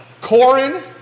Corin